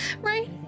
Right